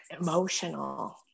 emotional